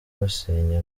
basenya